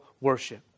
worship